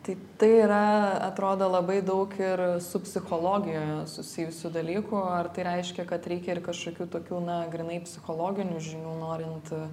tai tai yra atrodo labai daug ir su psichologija susijusių dalykų ar tai reiškia kad reikia ir kažkokių tokių na grynai psichologinių žinių norint